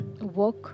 work